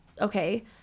okay